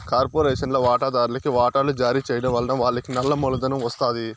కార్పొరేషన్ల వాటాదార్లుకి వాటలు జారీ చేయడం వలన వాళ్లకి నల్ల మూలధనం ఒస్తాది